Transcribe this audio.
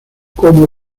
como